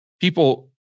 people